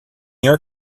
your